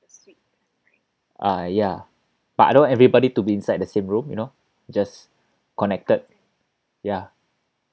uh ya but I don't want everybody to be inside the same room you know just connected ya